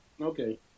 Okay